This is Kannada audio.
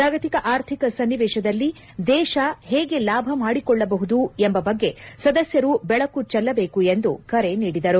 ಜಾಗತಿಕ ಆರ್ಥಿಕ ಸನ್ನಿವೇಶದಲ್ಲಿ ದೇಶ ಹೇಗೆ ಲಾಭ ಮಾಡಿಕೊಳ್ಳಬಹುದೆಂಬ ಬಗ್ಗೆ ಸದಸ್ಯರು ಬೆಳಕು ಚೆಲ್ಲಬೇಕು ಎಂದು ಕರೆ ನೀಡಿದರು